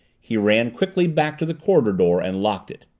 he ran quickly back to the corridor door and locked it.